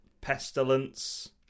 Pestilence